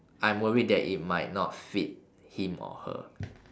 I'm worried that it might not fit him or her